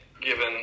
given